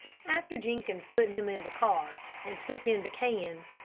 after jenkins put him in the cart, and took in the cans,